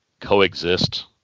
coexist